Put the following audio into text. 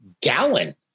gallon